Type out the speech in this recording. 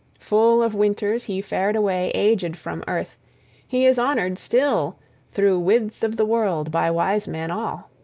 full of winters, he fared away aged from earth he is honored still through width of the world by wise men all.